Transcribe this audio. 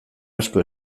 asko